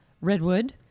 redwood